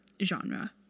genre